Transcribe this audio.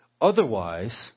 Otherwise